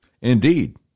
Indeed